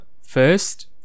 first